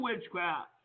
witchcraft